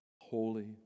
holy